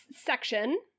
section